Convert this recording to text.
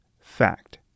fact